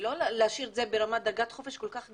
ולא להשאיר את זה ברמת דרגת חופש כל כך גדולה,